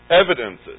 Evidences